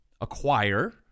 acquire